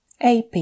AP